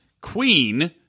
queen